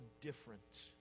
different